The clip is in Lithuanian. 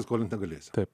skolinti gali taip